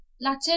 latin